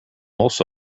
also